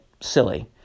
silly